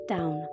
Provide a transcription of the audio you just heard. Down